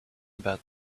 about